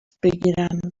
بگیرن